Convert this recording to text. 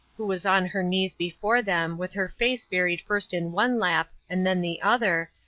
who was on her knees before them with her face buried first in one lap and then the other,